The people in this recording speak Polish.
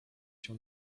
się